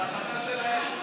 זו החלטה שלהם.